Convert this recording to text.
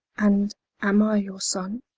and am i your sonne?